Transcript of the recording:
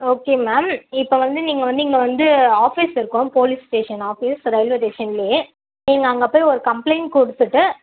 okay ma'am இப்போ வந்து நீங்கள் வந்து இங்கே வந்து ஆஃபீஸ் இருக்கும் போலீஸ் ஸ்டேஷன் ஆஃபீஸ் ரயில்வே ஸ்டேஷன்லையே நீங்கள் அங்கே போய் ஒரு கம்ப்ளைண்ட் கொடுத்துட்டு